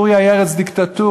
סוריה היא ארץ דיקטטורית.